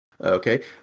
Okay